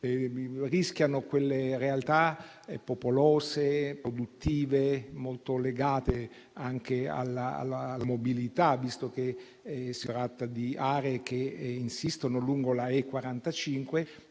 e quelle realtà così popolose, produttive, molto legate anche alla mobilità - si tratta di aree che insistono lungo la E45